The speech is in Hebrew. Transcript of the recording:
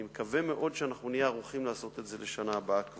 אני מקווה מאוד שאנחנו נהיה ערוכים לעשות את זה כבר בשנה הבאה.